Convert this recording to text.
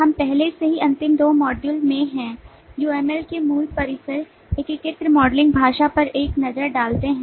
हम पहले से ही अंतिम 2 मॉड्यूल में हैं UML के मूल परिसर एकीकृत मॉडलिंग भाषा पर एक नज़र डालते हैं